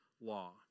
law